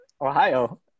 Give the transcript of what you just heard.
Ohio